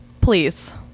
please